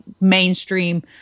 mainstream